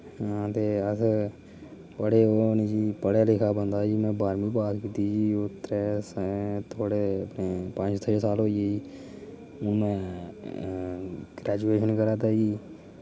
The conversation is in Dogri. हां ते अस बड़े ओह् निं जी पढ़े लिखा बंदा में बारहमीं पास कीती जी त्रै थोह्ड़े पंज छेह साल होईये जी हून ग्रैजुएशन करा दी जी